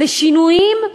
לשינויים,